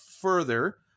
further